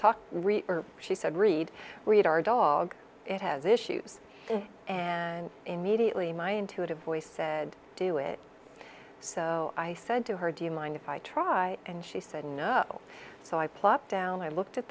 talk she said read read our dog it has issues and immediately my intuitive voice said do it so i said to her do you mind if i try and she said no so i plopped down i looked at